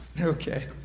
Okay